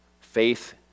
Faith